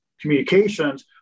communications